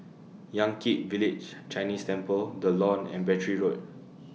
Yan Kit Village Chinese Temple The Lawn and Battery Road